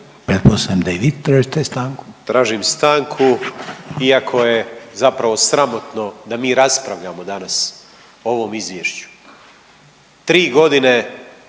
**Grmoja, Nikola (MOST)** Tražim stanku iako je zapravo sramotno da mi raspravljamo danas o ovom izvješću. Tri godine